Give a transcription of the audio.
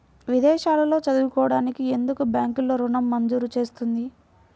విదేశాల్లో చదువుకోవడానికి ఎందుకు బ్యాంక్లలో ఋణం మంజూరు చేస్తుంది?